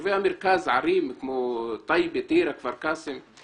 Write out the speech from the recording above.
יישובים כמו טייבה, טירה, כפר קאסם.